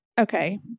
Okay